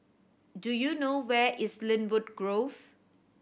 do you know where is Lynwood Grove